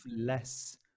less